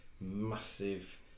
massive